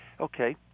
Okay